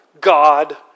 God